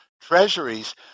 treasuries